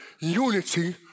unity